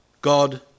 God